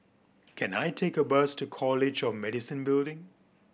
can I take a bus to College of Medicine Building